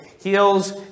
heals